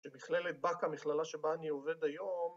כשמכללת באקה, המכללה שבה אני עובד היום